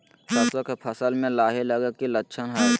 सरसों के फसल में लाही लगे कि लक्षण हय?